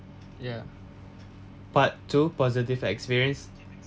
ya part two positive experience